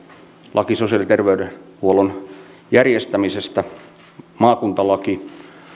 laki sosiaali ja terveydenhuollon järjestämisestä maakuntalaki